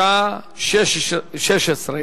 הצעת החוק תועבר לוועדת הכספים להכנתה לקריאה שנייה ושלישית.